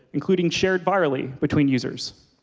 including shared virally between users?